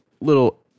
little